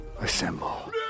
Assemble